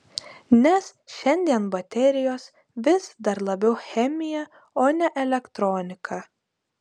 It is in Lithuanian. nes šiandien baterijos vis dar labiau chemija o ne elektronika